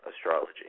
astrology